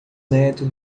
neto